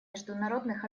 международных